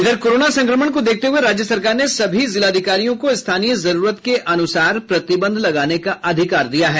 इधर कोरोना संक्रमण को देखते हये राज्य सरकार ने सभी जिलाधिकारियों को स्थानीय जरूरत के अनुसार प्रतिबंध लगाने का अधिकार दिया है